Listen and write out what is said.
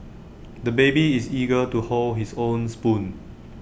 the baby is eager to hold his own spoon